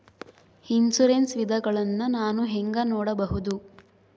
Insurance ವಿಧಗಳನ್ನ ನಾನು ಹೆಂಗ ನೋಡಬಹುದು?